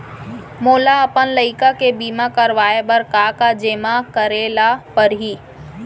मोला अपन लइका के बीमा करवाए बर का का जेमा करे ल परही?